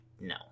No